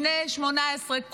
בני 18,